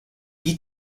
die